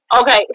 Okay